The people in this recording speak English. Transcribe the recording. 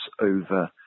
over